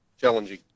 Challenging